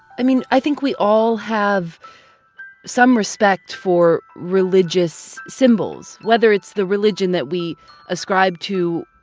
i mean, i think we all have some respect for religious symbols, whether it's the religion that we ascribe to,